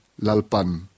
lalpan